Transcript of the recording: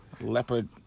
leopard